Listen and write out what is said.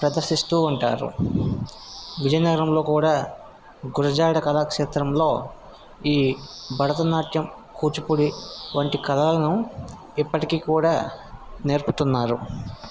ప్రదర్శిస్తూ ఉంటారు విజయనగరంలో కూడా గురజాడ కళాక్షేత్రంలో ఈ భరతనాట్యం కూచిపూడి వంటి కళలను ఇప్పటికీ కూడా నేర్పుతున్నారు